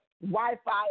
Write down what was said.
Wi-Fi